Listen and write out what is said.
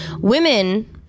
Women